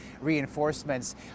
reinforcements